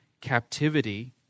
captivity